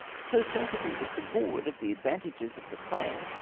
so sensible was the board of the advantages of the plan,